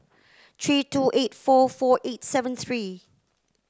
three two eight four four eight seven three